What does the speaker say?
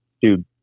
dude